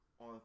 on